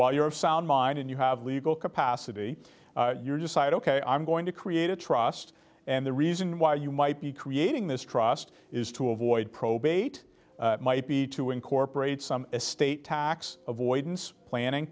while you're of sound mind and you have legal capacity you're decide ok i'm going to create a trust and the reason why you might be creating this trust is to avoid probate might be to incorporate some estate tax avoidance planning